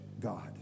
God